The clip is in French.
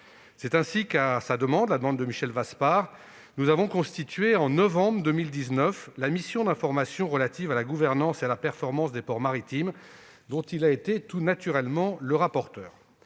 des propositions concrètes. À sa demande, nous avons constitué en novembre 2019 la mission d'information relative à la gouvernance et à la performance des ports maritimes, dont il a été tout naturellement le rapporteur.